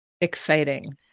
Exciting